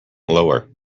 lower